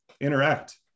interact